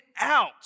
out